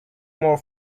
more